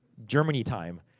germany time,